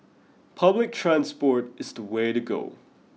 public transport is the way to go